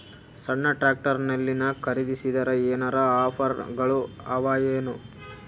ಸಣ್ಣ ಟ್ರ್ಯಾಕ್ಟರ್ನಲ್ಲಿನ ಖರದಿಸಿದರ ಏನರ ಆಫರ್ ಗಳು ಅವಾಯೇನು?